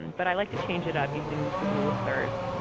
but i like to change it up using the rule of thirds.